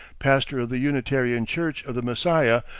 pastor of the unitarian church of the messiah,